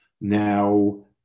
Now